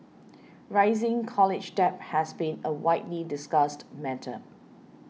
rising college debt has been a widely discussed matter